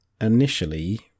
initially